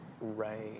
right